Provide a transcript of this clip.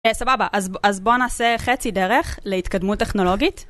סבבה, אז בוא נעשה חצי דרך להתקדמות טכנולוגית.